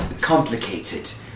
complicated